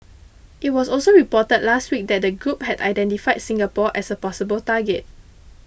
it was also reported last week that the group had identified Singapore as a possible target